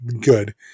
good